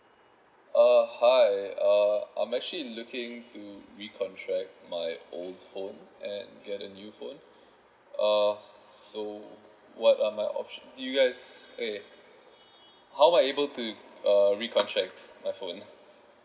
uh hi uh I'm actually looking to recontract my old phone and get a new phone uh so what are my option do you guys eh how am I able to uh recontract my phone